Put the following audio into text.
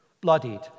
bloodied